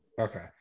Okay